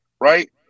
right